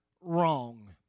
wrong